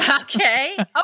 okay